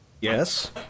yes